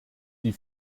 die